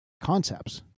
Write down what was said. concepts